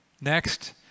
Next